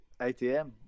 ATM